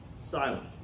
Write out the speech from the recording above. silence